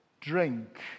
drink